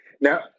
Now